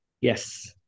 Yes